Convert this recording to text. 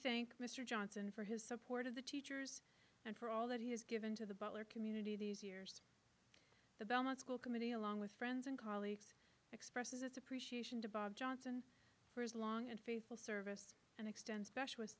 think mr johnson for his support of the teachers and for all that he has given to the butler community these years the belmont school committee along with friends and colleagues this appreciation to bob johnson for his long and faithful service extend specialist